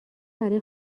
برا